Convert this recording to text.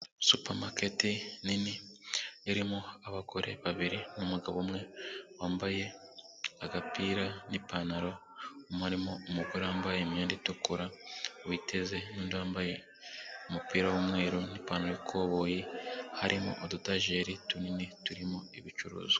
Supamaketi nini irimo abagore babiri n'umugabo umwe, wambaye agapira n'ipantaro, umwe urimo umugore wambaye imyenda itukura witeze n'undi wambaye umupira w'umweru n'ipantaro ikoboyi, harimo udutajeri tunini turimo ibicuruzwa.